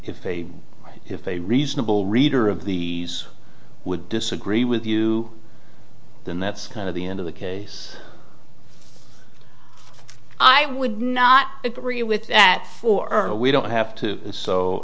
they if a reasonable reader of the would disagree with you then that's kind of the end of the case i would not agree with that for we don't have to